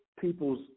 people's